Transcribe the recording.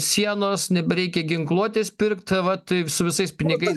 sienos nebereikia ginkluotės pirkt vat su visais pinigais